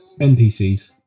NPCs